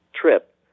trip